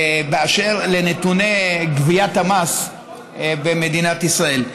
באשר לנתוני גביית המס במדינת ישראל.